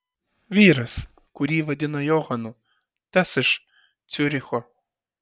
vyras kurį vadino johanu tas iš ciuricho